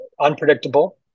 unpredictable